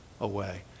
away